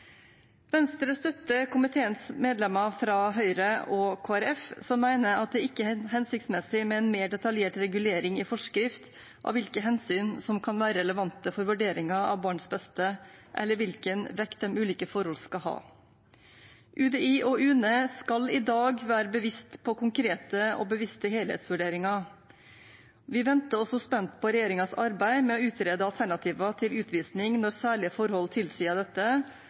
støtter komiteens medlemmer fra Høyre og Kristelig Folkeparti, som mener at det ikke er hensiktsmessig med en mer detaljert regulering i forskrift av hvilke hensyn som kan være relevante for vurderingen av barns beste, eller hvilken vekt de ulike forhold skal ha. UDI og UNE skal i dag være bevisst på konkrete og individuelle helhetsvurderinger. Vi venter også spent på regjeringens arbeid med å utrede alternativer til utvisning når særlige forhold tilsier dette,